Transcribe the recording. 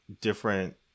different